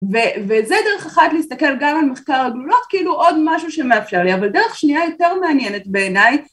וזה דרך אחת להסתכל גם על מחקר הגלולות כאילו עוד משהו שמאפשר לי. אבל דרך שנייה יותר מעניינת בעיניי